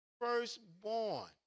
Firstborn